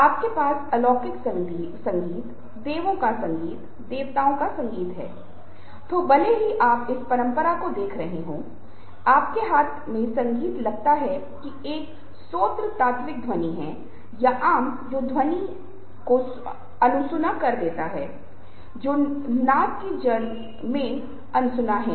अपने बारे में जानकारी देने की वजह से हम कभी कभी अहंकारी हो जाते हम अपने बारे में डींग मारना चाहते हैं हम अपने बारे में दिखावा करना चाहते हैं या हम कम से कम जोर देना चाहते हैं कि हम अब महत्वपूर्ण हैं